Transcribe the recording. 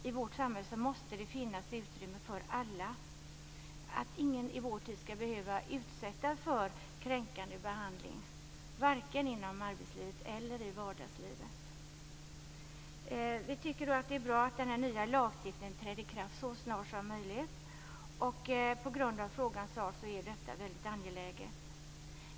I vårt samhälle måste det finnas utrymme för alla. Ingen i vår tid skall behöva utsättas för kränkande behandling vare sig inom arbetslivet eller i vardagslivet. Vi tycker att det är bra att den nya lagstiftningen träder i kraft så snart som möjligt. På grund av frågans art är detta väldigt angeläget.